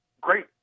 great